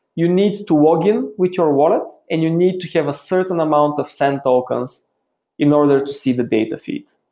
you need to login with your wallet and you need to have a certain amount of send tokens in order to see the data feed.